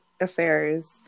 affairs